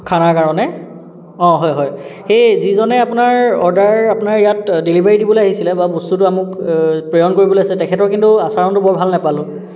খানা কাৰণে অঁ হয় হয় এই যিজনে আপোনাৰ অৰ্ডাৰ আপোনাৰ ইয়াত ডেলিভাৰী দিবলৈ আহিছিলে বা বস্তুটো আমাক প্ৰেৰণ কৰিবলৈ আহিছিলে তেখেতৰ কিন্তু আচৰণটো বৰ ভাল নাপালোঁ